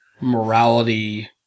morality